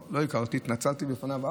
לא, לא הכרתי, התנצלתי בפניו אז,